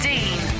Dean